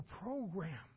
program